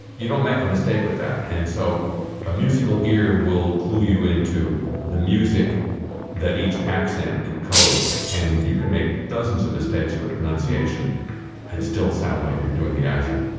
you don't make a mistake with that, and so a musical ear will clue you into the music that each accent encodes and you can make dozens of mistakes with pronunciation and still sound like you're doing the accent